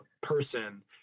person